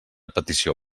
petició